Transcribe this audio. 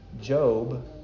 Job